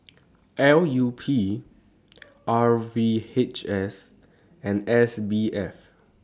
L U P R V H S and S B F